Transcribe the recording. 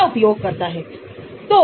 यह महत्वपूर्ण क्यों है